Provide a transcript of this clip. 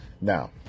now